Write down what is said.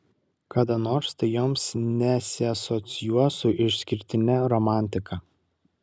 kada nors tai joms nesiasocijuos su išskirtine romantika